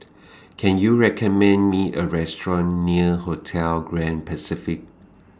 Can YOU recommend Me A Restaurant near Hotel Grand Pacific